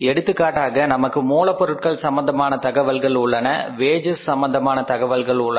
எடுத்துக்காட்டாக நமக்கு மூலப்பொருட்கள் சம்பந்தமான தகவல்கள் உள்ளன வேஜஸ் சம்பந்தமான தகவல்கள் உள்ளன